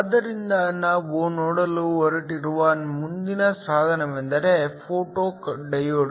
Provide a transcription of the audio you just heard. ಆದ್ದರಿಂದ ನಾವು ನೋಡಲು ಹೊರಟಿರುವ ಮುಂದಿನ ಸಾಧನವೆಂದರೆ ಫೋಟೋ ಡಯೋಡ್